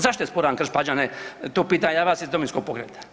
Zašto je sporan Krš-Pađene, to pitam ja vas iz Domovinskog pokreta?